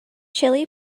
chilli